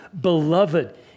Beloved